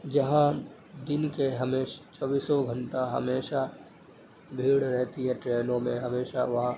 جہاں دن کے ہمیں چوبیسوں گھنٹہ ہمیشہ بھیڑ رہتی ہے ٹرینوں میں ہمیشہ وہاں